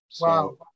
Wow